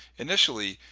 initially,